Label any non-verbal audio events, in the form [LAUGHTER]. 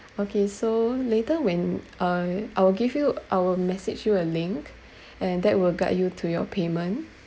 okay so later when uh I will give you I will message you a link [BREATH] and that will guide you to your payment